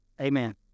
amen